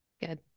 Good